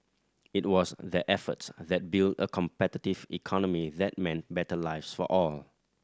it was their efforts that built a competitive economy that meant better lives for all